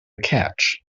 catch